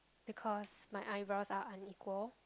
because my eyebrows are unequal